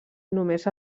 només